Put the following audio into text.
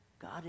God